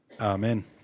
Amen